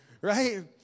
Right